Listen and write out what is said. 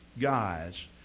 guys